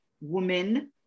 woman